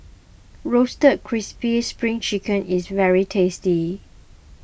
Roasted Crispy Spring Chicken is very tasty